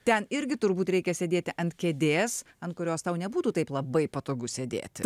ten irgi turbūt reikia sėdėti ant kėdės ant kurios tau nebūtų taip labai patogu sėdėti